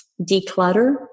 declutter